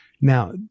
Now